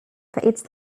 its